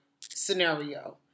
scenario